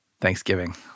Thanksgiving